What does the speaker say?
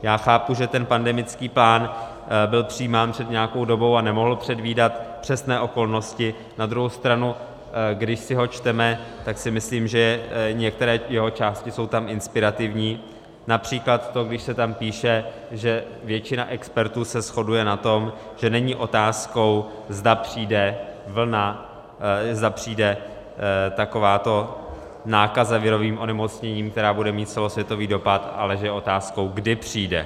Já chápu, že ten pandemický plán byl přijímán před nějakou dobou a nemohl předvídat přesné okolnosti, na druhou stranu když si ho čteme, tak si myslím, že některé jeho části jsou tam inspirativní, například to, když se tam píše, že většina expertů se shoduje na tom, že není otázkou, zda přijde takováto nákaza virovým onemocněním, která bude mít celosvětový dopad, ale že je otázkou, kdy přijde.